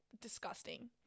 Disgusting